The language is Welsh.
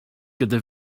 gyda